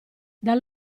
dal